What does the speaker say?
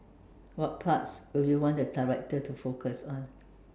what parts would you want the director to focus on